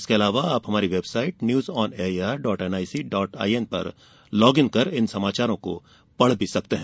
इसके अलावा आप हमारी website news on A I R dot N I C dot I N पर लॉग इन कर इन समाचारों को पढ़ भी सकते हैं